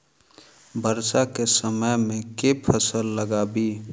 वर्षा केँ समय मे केँ फसल लगाबी?